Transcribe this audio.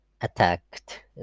attacked